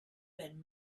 been